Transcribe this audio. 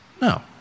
No